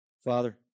Father